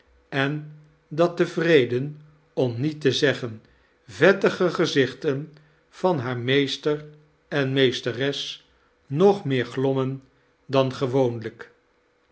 en dat de tevreden om niet te zeggen vettige gezichten van haar meester en meesteres nog meeir glommen dan gewoonlijk